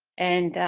and.